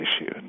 issue